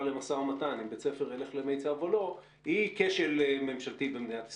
למשא ומתן אם בית ספר ילך למיצ"ב או לא היא כשל ממשלתי במדינת ישראל.